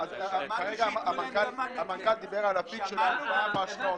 אמנם ההמלצה של השר הייתה להטיל היטל מאוד נמוך,